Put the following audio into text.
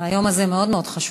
היום הזה מאוד מאוד חשוב.